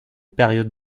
périodes